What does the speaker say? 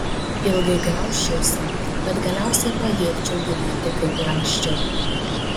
ilgai graužčiausi bet galiausiai pajėgčiau gyventi kaip ir anksčiau